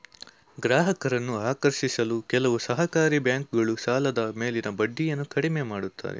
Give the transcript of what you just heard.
ಗ್ರಾಹಕರನ್ನು ಆಕರ್ಷಿಸಲು ಕೆಲವು ಸಹಕಾರಿ ಬ್ಯಾಂಕುಗಳು ಸಾಲದ ಮೇಲಿನ ಬಡ್ಡಿಯನ್ನು ಕಡಿಮೆ ಮಾಡುತ್ತಾರೆ